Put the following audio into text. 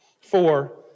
Four